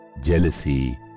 jealousy